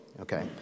Okay